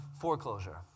foreclosure